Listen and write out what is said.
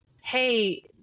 hey